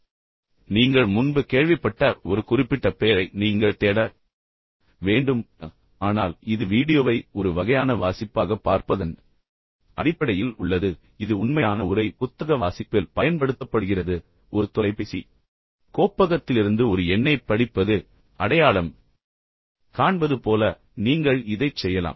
இப்போது நீங்கள் முன்பு கேள்விப்பட்ட ஒரு குறிப்பிட்ட பெயரை நீங்கள் தேட வேண்டும் அல்லது நீங்கள் வீடியோவிலிருந்து குறுக்குச் சரிபார்ப்பு செய்ய வேண்டும் ஆனால் இது வீடியோவை ஒரு வகையான வாசிப்பாகப் பார்ப்பதன் அடிப்படையில் உள்ளது ஆனால் உண்மையில் இது உண்மையான உரை புத்தக வாசிப்பில் பயன்படுத்தப்படுகிறது ஒரு தொலைபேசி கோப்பகத்திலிருந்து ஒரு எண்ணைப் படிப்பது அல்லது அடையாளம் காண்பது போல நான் சொன்னது போல் நீங்கள் இதைச் செய்யலாம்